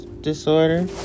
disorder